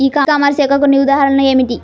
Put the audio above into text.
ఈ కామర్స్ యొక్క కొన్ని ఉదాహరణలు ఏమిటి?